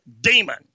demon